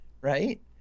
right